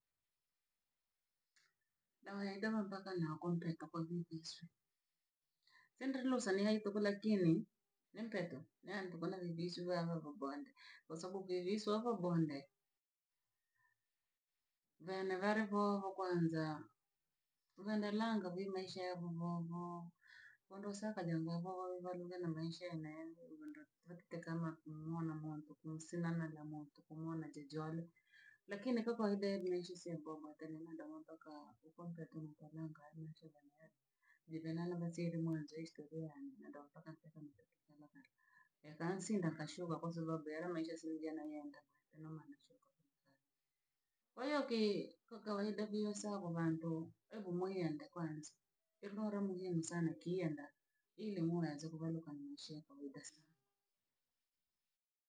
Dawa ya doma mpaka na kontri ka kontri viswi. Si ndri lusa ni hai tuku lakiwi, ni mpeto, ne ntukula vivisu ve va- vyaboha ndri, kwasababu kwi viso vari ahabo ndre. Vene vari vovo kwanza, vene langa vii maisha yaavovo voo, valosaka ja vo- voo valuke na maisha ya ne vanda vatite kama umuona muntu kusina na ja muntu kumwona jijole. Lakini kwa kawaida ya jiira si maisha yaboha tuku yakansiinda nkashuka kwasababu haya maisha si ni yananyenda. Kwahiyo ke kwa kawaida vii esabo bhando ebu muyeende, kwanza iro no ra muhimu sana kiiyenda iri muanze kubha na maisha ya kawaida sana.